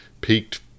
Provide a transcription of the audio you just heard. peaked